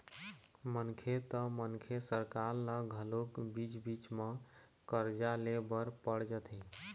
मनखे त मनखे सरकार ल घलोक बीच बीच म करजा ले बर पड़ जाथे